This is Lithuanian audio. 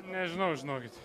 nežinau žinokit